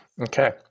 Okay